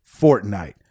Fortnite